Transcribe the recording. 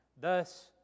Thus